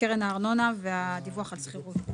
ארנונה והדיווח על שכירות.